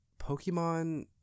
Pokemon